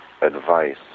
advice